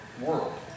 world